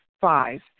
Five